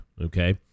okay